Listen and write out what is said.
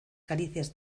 caricias